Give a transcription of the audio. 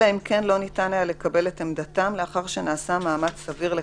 אלא אם כן לא ניתן היה לקבל את עמדתם לאחר שנעשה מאמץ סביר לקבלה,